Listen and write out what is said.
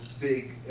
big